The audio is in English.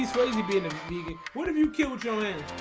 vegan what have you killed go in?